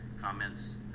comments